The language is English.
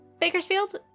Bakersfield